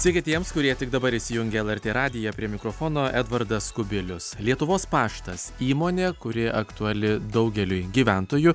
sveiki tiems kurie tik dabar įsijungia lrt radiją prie mikrofono edvardas kubilius lietuvos paštas įmonė kuri aktuali daugeliui gyventojų